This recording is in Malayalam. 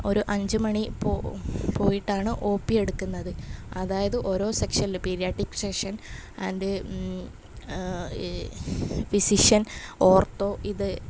ഒര് അഞ്ച് മണി പോ പോയിട്ടാണ് ഓ പ്പി എടുക്കുന്നത് അതായത് ഓരോ സെക്ഷനിൽ paediatric session and physician ortho ഇത്